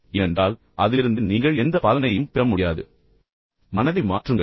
ஏனென்றால் அதிலிருந்து நீங்கள் எந்த பலனையும் பெற முடியாது என்று நான் உறுதியாக நம்புகிறேன்